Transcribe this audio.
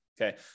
Okay